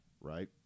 right